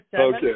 Okay